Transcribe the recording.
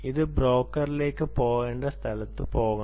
അത് ബ്രോക്കറിലേക്ക് പോകേണ്ട സ്ഥലത്തേക്ക് പോകണം